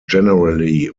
generally